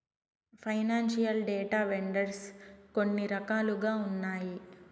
financial data vendors కొన్ని రకాలుగా ఉన్నాయి